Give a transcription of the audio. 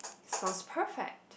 sounds perfect